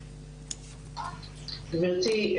גבירתי,